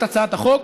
את הצעת החוק.